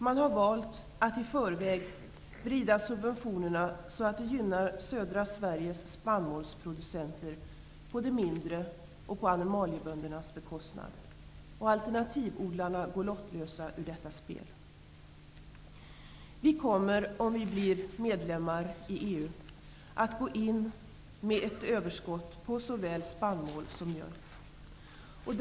Man har valt att i förväg vrida subventionerna så att det gynnar södra Sveriges spannmålsproducenter på småböndernas och på animalieböndernas bekostnad. Alternativodlarna går lottlösa ur detta spel. Vi kommer, om vi blir medlemmar i EU, att gå in med ett överskott på såväl spannmål som mjölk.